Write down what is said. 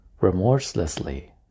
remorselessly